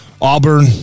Auburn